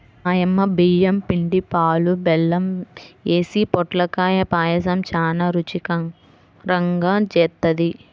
మా యమ్మ బియ్యం పిండి, పాలు, బెల్లం యేసి పొట్లకాయ పాయసం చానా రుచికరంగా జేత్తది